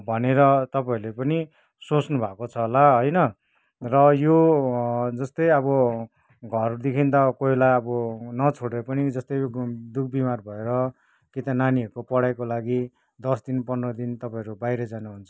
भनेर तपाईँहरूले पनि सोच्नु भएको छ होला होइन र यो जस्तै अब घरदेखि त कोही बेला अब नछोडे पनि जस्तै दुःख बिमार भएर कि त नानाीहरूको पढाइको लागि दस दिन पन्ध्र दिन तपाईँहरू बाहिर जानु हुन्छ